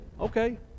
okay